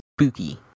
spooky